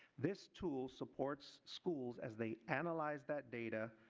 this tool supports schools as they analyze that data,